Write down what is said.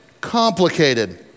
complicated